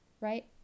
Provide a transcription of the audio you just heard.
right